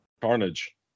Carnage